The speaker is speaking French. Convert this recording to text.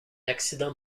accident